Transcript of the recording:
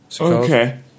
okay